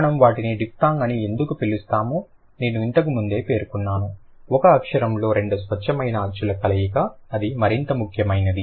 మనము వాటిని డిఫ్థాంగ్ అని ఎందుకు పిలుస్తాము నేను ఇంతకు ముందే పేర్కొన్నాను ఒక అక్షరంలో రెండు స్వచ్ఛమైన అచ్చుల కలయిక అది మరింత ముఖ్యమైనది